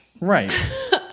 Right